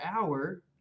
hour